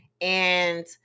and-